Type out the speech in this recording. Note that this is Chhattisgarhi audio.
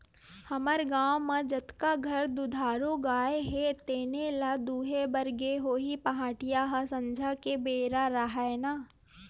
हमर गाँव म जतका घर दुधारू गाय हे तेने ल दुहे बर गे होही पहाटिया ह संझा के बेरा हरय ना